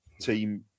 team